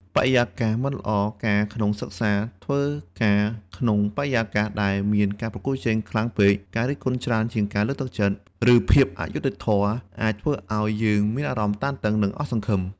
បរិយាកាសមិនល្អការក្នុងសិក្សា ឬធ្វើការក្នុងបរិយាកាសដែលមានការប្រកួតប្រជែងខ្លាំងពេក ការរិះគន់ច្រើនជាងការលើកទឹកចិត្ត ឬមានភាពអយុត្តិធម៌ អាចធ្វើឲ្យយើងមានអារម្មណ៍តានតឹង និងអស់សង្ឃឹម។